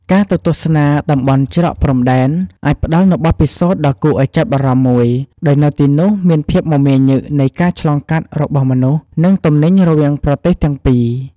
ការទៅទស្សនា តំបន់ច្រកព្រំដែន អាចផ្តល់នូវបទពិសោធន៍ដ៏គួរឱ្យចាប់អារម្មណ៍មួយ ដោយនៅទីនោះមានភាពមមាញឹកនៃការឆ្លងកាត់របស់មនុស្ស និងទំនិញរវាងប្រទេសទាំងពីរ។